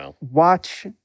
watch